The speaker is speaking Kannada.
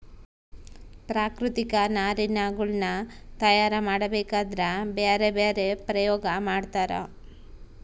ಪ್ರಾಕೃತಿಕ ನಾರಿನಗುಳ್ನ ತಯಾರ ಮಾಡಬೇಕದ್ರಾ ಬ್ಯರೆ ಬ್ಯರೆ ಪ್ರಯೋಗ ಮಾಡ್ತರ